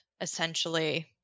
essentially